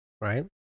right